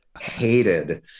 hated